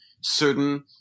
certain